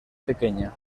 pequeña